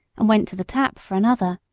and went to the tap for another.